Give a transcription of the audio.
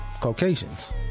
Caucasians